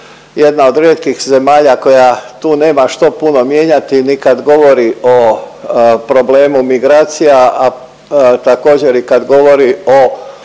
jedna od rijetkih zemalja koja tu nema što puno mijenjati ni kad govori o problemu migracija, a također i kad govori o